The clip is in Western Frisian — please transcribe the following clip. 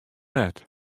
net